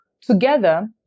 together